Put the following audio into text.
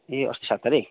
ए अस्ति सात तारिक